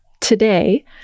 today